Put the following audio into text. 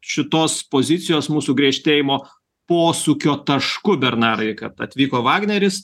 šitos pozicijos mūsų griežtėjimo posūkio tašku bernarai kad atvyko vagneris